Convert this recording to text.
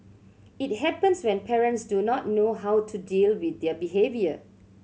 it happens when parents do not know how to deal with their behaviour